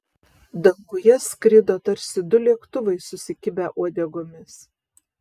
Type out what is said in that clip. danguje skrido tarsi du lėktuvai susikibę uodegomis